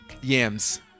yams